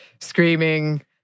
screaming